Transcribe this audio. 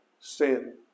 sin